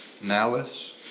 malice